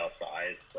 size